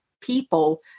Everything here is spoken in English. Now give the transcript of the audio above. people